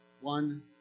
One